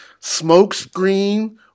smokescreen